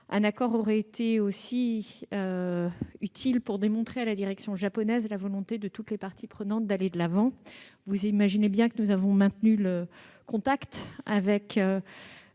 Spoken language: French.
Un accord aurait été aussi utile pour démontrer à la direction japonaise la volonté de toutes les parties prenantes d'aller de l'avant. Comme vous pouvez l'imaginer, nous avons maintenu le contact avec